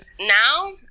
now